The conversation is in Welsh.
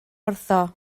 wrtho